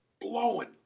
blowing